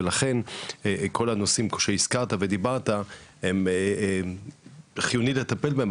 ולכן כל הנושאים שהזכרת ודיברת הם חיוניים לטפל בהם.